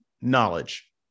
knowledge